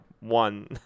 one